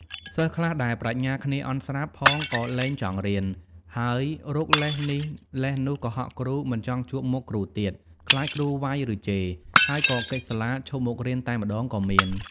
សិស្សខ្លះដែលប្រាជ្ញាគ្នាអន់ស្រាប់ផងក៏លែងចង់រៀន ហើយរកលេសនេះលេសនោះ កុហកគ្រូ មិនចង់ជួបមុខគ្រូទៀត ខ្លាចគ្រូវ៉ៃឬជេរ ហើយក៏គេចសាលាឈប់មករៀនតែម្តងក៏មាន ។